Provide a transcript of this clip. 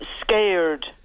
scared